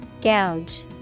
Gouge